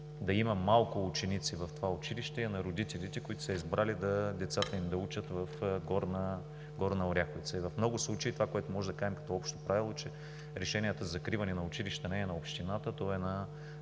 да има малко ученици в това училище е на родителите, които са избрали децата им да учат в Горна Оряховица. В много случаи това, което можем да кажем като общо правило, е, че решението за закриване на училища не е в общината,